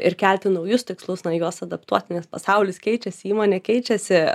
ir kelti naujus tikslus na juos adaptuoti nes pasaulis keičiasi įmonė keičiasi